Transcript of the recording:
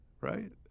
right